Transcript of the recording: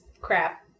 crap